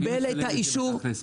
דרך אגב,